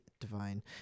divine